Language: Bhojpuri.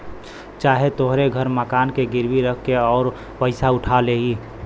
चाहे तोहरे घर मकान के गिरवी रख के ओपर पइसा उठा लेई